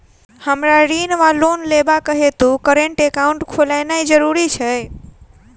हमरा ऋण वा लोन लेबाक हेतु करेन्ट एकाउंट खोलेनैय जरूरी छै?